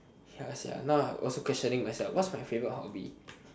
ya sia now I also questioning myself what's my favourite hobby